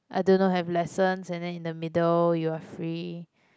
I don't know have lessons and then in the middle you are free